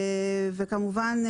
וכמובן,